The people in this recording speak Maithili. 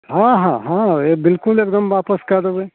हँ हँ हँ बिल्कुल एकदम वापस कए देबय